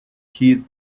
heed